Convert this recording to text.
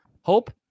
Hope